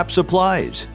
supplies